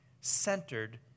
centered